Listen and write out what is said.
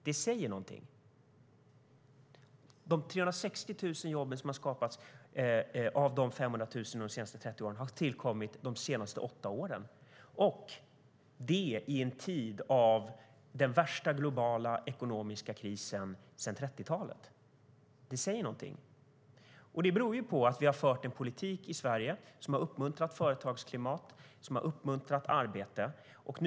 Det säger något. Det beror på att vi i Sverige har fört en politik som har uppmuntrat företagsklimat, som har uppmuntrat arbete.